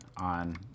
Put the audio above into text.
on